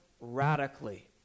radically